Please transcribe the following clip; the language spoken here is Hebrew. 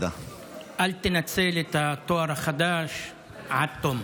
אל תנצל את התואר החדש עד תום.